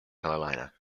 carolina